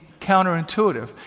counterintuitive